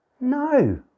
No